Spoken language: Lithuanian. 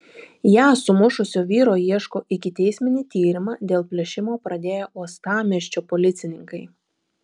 ją sumušusio vyro ieško ikiteisminį tyrimą dėl plėšimo pradėję uostamiesčio policininkai